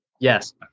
Yes